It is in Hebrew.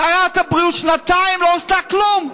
שרת הבריאות, שנתיים לא עשתה כלום.